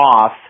off